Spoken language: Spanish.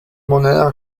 moneda